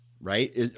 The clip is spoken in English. right